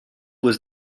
was